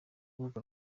urubuga